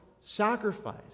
sacrifice